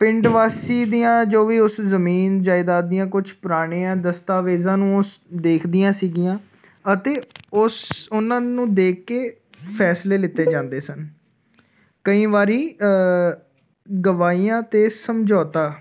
ਪਿੰਡ ਵਾਸੀ ਦੀਆਂ ਜੋ ਵੀ ਉਸ ਜ਼ਮੀਨ ਜਾਇਦਾਦ ਦੀਆਂ ਕੁਛ ਪੁਰਾਣੀਆਂ ਦਸਤਾਵੇਜ਼ਾਂ ਨੂੰ ਉਸ ਦੇਖਦੀਆਂ ਸੀਗੀਆਂ ਅਤੇ ਉਸ ਉਹਨਾਂ ਨੂੰ ਦੇਖ ਕੇ ਫੈਸਲੇ ਲਿਤੇ ਜਾਂਦੇ ਸਨ ਕਈ ਵਾਰੀ ਗਵਾਹੀਆਂ ਅਤੇ ਸਮਝੌਤਾ